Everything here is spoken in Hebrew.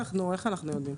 איך אנחנו יודעים?